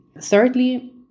Thirdly